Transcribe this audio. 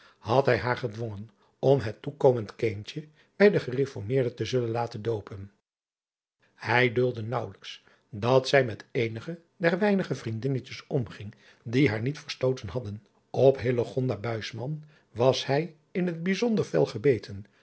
had hij haar gedwongen om het toekomend kind bij de gereformeerden te zullen laten doopen ij duldde naauwelijks dat zij met eenige der weinige vriendinnetjes omging die haar niet verstooten hadden p was hij in het bijzonder fel gebeten